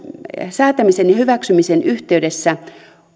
säätämisen ja hyväksymisen yhteydessä